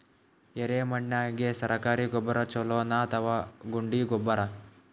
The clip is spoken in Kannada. ಎರೆಮಣ್ ಗೆ ಸರ್ಕಾರಿ ಗೊಬ್ಬರ ಛೂಲೊ ನಾ ಅಥವಾ ಗುಂಡಿ ಗೊಬ್ಬರ?